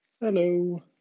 Hello